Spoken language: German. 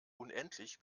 unendlich